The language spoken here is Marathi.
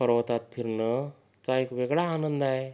पर्वतात फिरणंचा एक वेगळा आनंद आहे